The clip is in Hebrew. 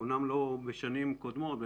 אמנם לא משנים קודמות,